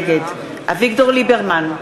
נגד אביגדור ליברמן,